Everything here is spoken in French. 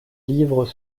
livres